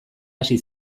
hasi